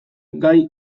gai